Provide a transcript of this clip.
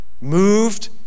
Moved